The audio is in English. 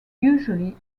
usually